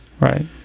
right